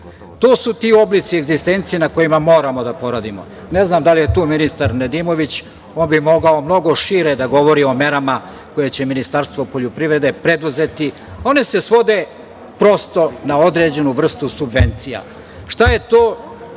To su ti oblici egzistencije na kojima moramo da poradimo. Ne znam da li je tu ministar Nedimović, on bi mogao mnogo šire da govori o merama koje će Ministarstvo poljoprivrede preduzeti. One se svode prosto na određenu vrstu subvencija. Šta je to